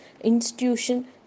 institution